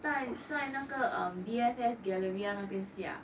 在在那个 D_F_S galleria 那边下